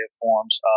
forms